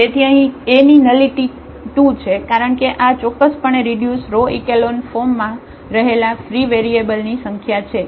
તેથી અહીં A ની નલિટી 2 છે કારણ કે આ ચોક્કસપણે રીડ્યુસ રો ઇકેલોન ફોર્મમાં રહેલા ફ્રી વેરીએબલની સંખ્યા છે